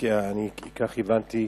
אני כך הבנתי,